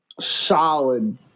solid